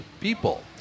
People